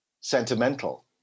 sentimental